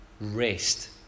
rest